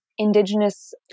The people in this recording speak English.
indigenous